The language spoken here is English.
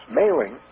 mailing